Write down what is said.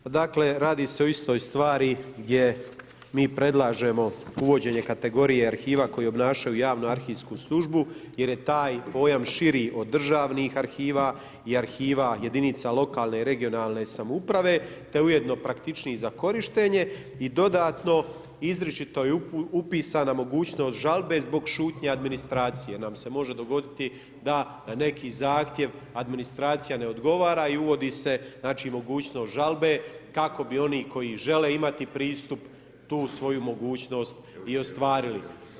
Pa dakle radi se o istoj stvari gdje mi predlažemo uvođenje kategorije arhiva koji obnašaju javnu arhivsku službu jer je taj pojam širi od državnih arhiva i arhiva jedinica lokalne regionalne samouprave te ujedno praktičniji za korištenje i dodatno izričito je upisana mogućnost žalbe zbog šutnje administracije nam se može dogoditi da neki zahtjev administracija ne odgovara i uvodi se mogućnost žalbe, kako bi oni koji žele imati pristup, tu svoju mogućnost i ostvarili.